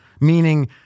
meaning